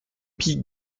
pie